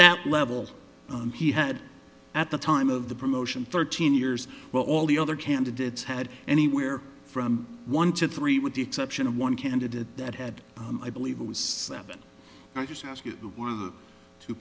that level he had at the time of the promotion thirteen years well all the other candidates had anywhere from one to three with the exception of one candidate that had i believe it was seven i just ask you one of the two